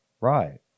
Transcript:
Right